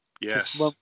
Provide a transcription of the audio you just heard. Yes